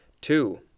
Two